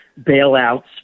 bailouts